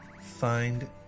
find